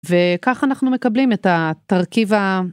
וכך אנחנו מקבלים את התרכיב ה-.